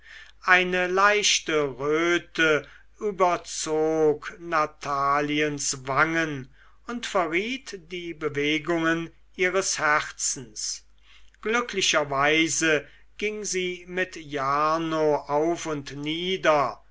eine leichte röte überzog nataliens wangen und verriet die bewegungen ihres herzens glücklicherweise ging sie mit jarno auf und nieder